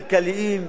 כלכליים,